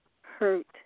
Hurt